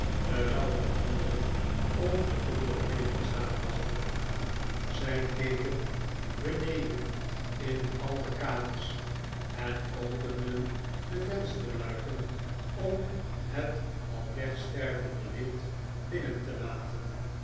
terwijl de anderen ongeduldig bleven staan wachten zij keken beneden in al de kamers en openden de vensterluiken om het al wegstervende licht binnen te laten